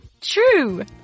True